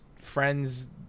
friends